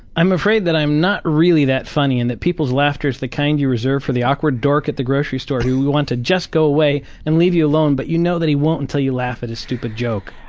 i'm afraid that i'm not really that funny and that people's laughter is the kind you reserve for the awkward dork at the grocery store who you want to just go away and leave you alone, but you know that you won't until you laugh at his stupid joke.